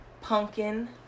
Pumpkin